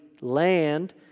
land